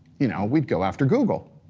you know, we'd go after google.